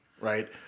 right